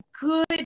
good